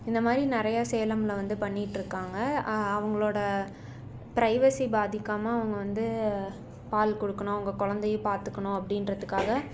இந்தமாதிரி நிறைய சேலம்ல வந்து பண்ணிகிட்ருக்காங்க அவங்களோட ப்ரைவசி பாதிக்காமல் அவங்க வந்து பால் கொடுக்கணும் அவங்க குழந்தையும் பார்த்துக்கணும் அப்படின்றத்துக்காக